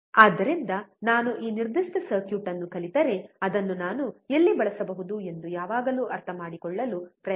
ಆದ್ದರಿಂದ ನಾನು ಈ ನಿರ್ದಿಷ್ಟ ಸರ್ಕ್ಯೂಟ್ ಅನ್ನು ಕಲಿತರೆ ಅದನ್ನು ನಾನು ಎಲ್ಲಿ ಬಳಸಬಹುದು ಎಂದು ಯಾವಾಗಲೂ ಅರ್ಥಮಾಡಿಕೊಳ್ಳಲು ಪ್ರಯತ್ನಿಸಿ